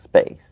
space